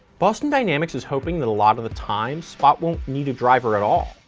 boston dynamics is hoping that a lot of the time, spot won't need a driver at all.